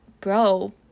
bro